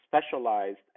specialized